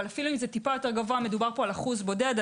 אבל בכל מקרה מדובר באחוז בודד.